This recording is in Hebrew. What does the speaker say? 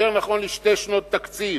יותר נכון לשתי שנות תקציב.